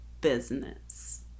business